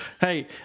Hey